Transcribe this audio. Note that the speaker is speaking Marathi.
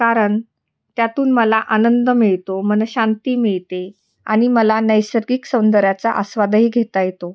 कारण त्यातून मला आनंद मिळतो मन शांती मिळते आणि मला नैसर्गिक सौंदर्याचा आस्वादही घेता येतो